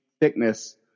thickness